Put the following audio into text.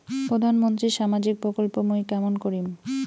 প্রধান মন্ত্রীর সামাজিক প্রকল্প মুই কেমন করিম?